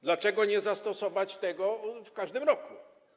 Dlaczego nie zastosować tego w każdym roku?